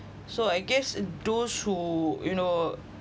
so I guess those who you know